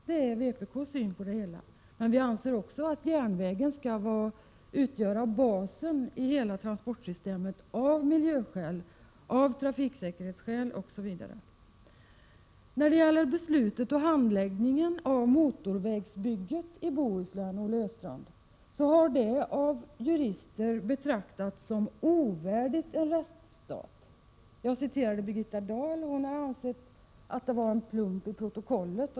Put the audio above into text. Det är vpk:s syn på det hela, men vi anser också att järnvägen skall utgöra basen i hela transportsystemet, av miljöskäl, av trafiksäkerhetsskäl osv. Handläggningen av och beslutet om motorvägsbygget i Bohuslän har av jurister betecknats som ovärdigt en rättsstat. Jag citerade Birgitta Dahl, som anser att det var en plump i protokollet.